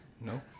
No